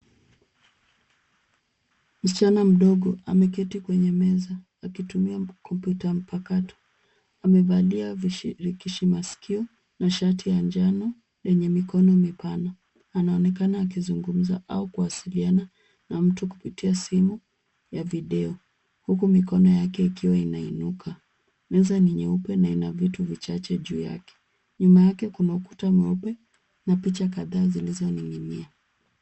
Msichana mdogo ameketi kwenye meza akitumia kompyuta ya mpakato. Amevalia vishikishi masikio na shati ya njano yenye mikono mipana. Anaonenkana akizungumza au kuwasiliana na mtu kupitia simu ya video, huku mikono yake ikiwa inainuka. Meza ni nyeupe na ina vitu vichache juu yake. Nyuma yake kuna ukuta mweupe na picha kadhaa zilizoning'inia.